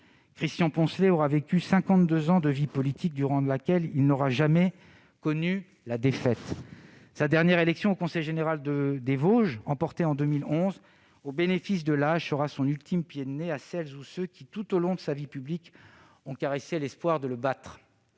Christian Poncelet aura vécu cinquante-deux ans de vie politique, durant laquelle il n'aura jamais connu la défaite. Sa dernière élection au conseil général des Vosges, emportée en 2011 au bénéfice de l'âge, sera son ultime pied de nez à celles ou ceux qui, tout au long de sa vie publique, ont caressé l'espoir de le battre.